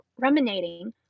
ruminating